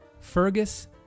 Fergus